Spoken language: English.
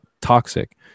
toxic